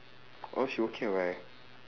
oh she okay [what]